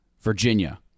Virginia